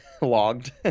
Logged